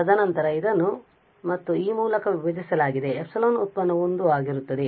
ತದನಂತರ ಇದನ್ನು ಮತ್ತು ಈ ಮೂಲಕ ವಿಭಜಿಸಲಾಗಿದೆ ε ವ್ಯುತ್ಪನ್ನವು 1 ಆಗಿರುತ್ತದೆ